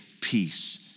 peace